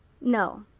no.